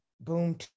boom